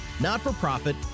not-for-profit